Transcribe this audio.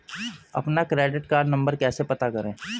अपना credit card number कैसे पता करें?